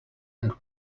and